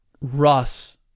Russ